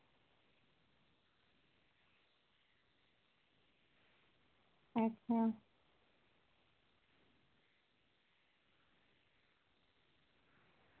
अच्छा